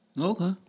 Okay